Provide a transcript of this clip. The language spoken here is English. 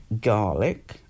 garlic